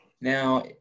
Now